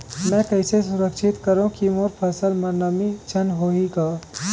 मैं कइसे सुरक्षित करो की मोर फसल म नमी झन होही ग?